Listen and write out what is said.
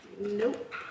Nope